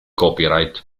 copyright